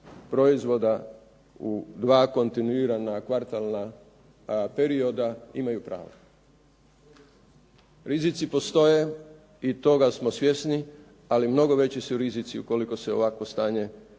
proizvoda u dva kontinuirana kvartalna perioda imaju pravo. Rizici postoje i toga smo svjesni ali mnogo veći su rizici ukoliko se ovakvo stanje